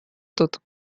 тут